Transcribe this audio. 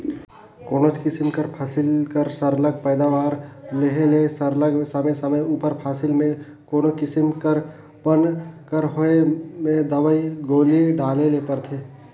कोनोच किसिम कर फसिल कर सरलग पएदावारी लेहे ले सरलग समे समे उपर फसिल में कोनो किसिम कर बन कर होए में दवई गोली डाले ले परथे